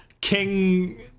King